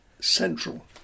central